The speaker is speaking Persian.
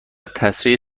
تسریع